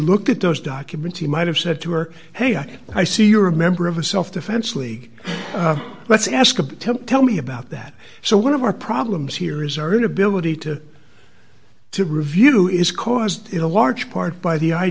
look at those documents he might have said to her hey i i see you're a member of a self defense league let's ask a temp tell me about that so one of our problems here is our inability to to review is caused in a large part by the i